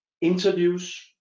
interviews